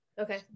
Okay